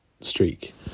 streak